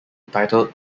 entitled